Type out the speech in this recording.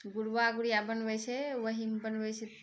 गुड़बा गुड़िआ बनबै छै वएहमे बनबै छै